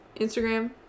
Instagram